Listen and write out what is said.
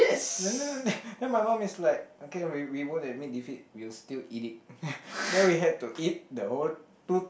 no no no no then my mum is like no we won't admit defeat then we had to the whole two